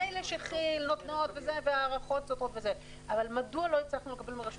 מילא שכי"ל נותנת הערכות סותרות אבל מדוע לא הצלחנו לקבל מרשות